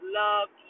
love